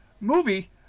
movie